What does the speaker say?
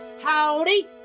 Howdy